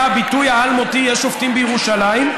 הביטוי האלמותי: יש שופטים בירושלים.